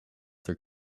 their